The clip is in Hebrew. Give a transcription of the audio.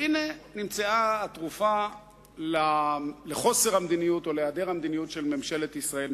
והנה נמצאה התרופה לחוסר המדיניות או להעדר המדיניות של ממשלת ישראל,